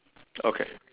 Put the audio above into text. okay